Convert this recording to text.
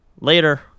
later